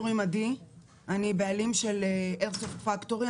אני בעלים של איירסופט פקטורי,